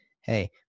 hey